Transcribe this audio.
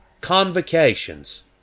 convocations